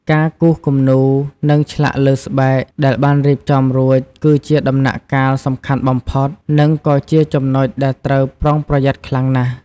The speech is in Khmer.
ការគូសគំនូរ និងឆ្លាក់លើស្បែកដែលបានរៀបចំរួច គឺជាដំណាក់កាលសំខាន់បំផុត និងក៏ជាចំណុចដែលត្រូវប្រុងប្រយ័ត្នខ្លាំងណាស់។